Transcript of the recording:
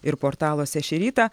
ir portaluose šį rytą